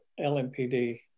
LMPD